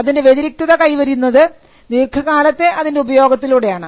അതിൻറെ വ്യതിരിക്തത കൈവരിക്കുന്നത് ദീർഘകാലത്തെ അതിൻറെ ഉപയോഗത്തിലൂടെയാണ്